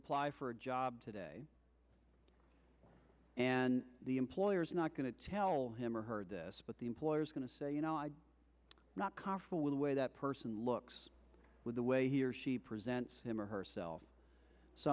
apply for a job today and the employer is not going to tell him or her this but the employer is going to say you know i'm not confident with the way that person looks with the way he or she presents him or herself so